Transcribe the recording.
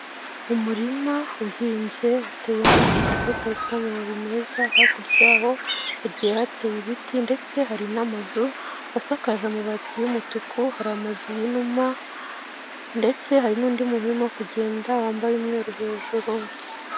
Umurima uhinze uteyemo urubuto rufite amababi meza hakurya aho hagiye hateye ibiti ndetse hari n'amazu asakaje amabati y'umutuku, hari amazu yuma ndetse hari n'undi muntu urimo kugenda wambaye umweru hejuru.